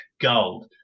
gold